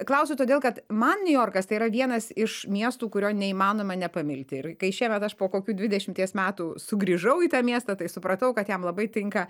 klausiu todėl kad man niujorkas tai yra vienas iš miestų kurio neįmanoma nepamilti ir kai šiemet aš po kokių dvidešimies metų sugrįžau į tą miestą tai supratau kad jam labai tinka